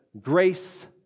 grace